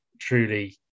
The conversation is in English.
truly